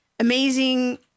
amazing